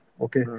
Okay